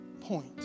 point